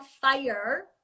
fire